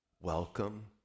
welcome